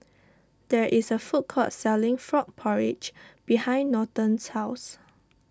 there is a food court selling Frog Porridge behind Norton's house